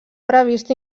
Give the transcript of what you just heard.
previst